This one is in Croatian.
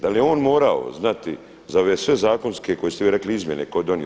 Da li je on morao znati za sve ove zakonske koje ste vi rekli izmjene koje je donio.